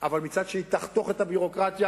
אבל מצד שני תחתוך את הביורוקרטיה,